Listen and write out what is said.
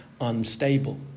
unstable